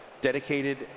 dedicated